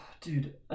dude